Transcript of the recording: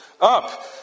up